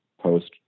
post